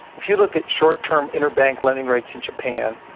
if you look at short-term interbank lending rates in japan,